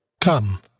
Come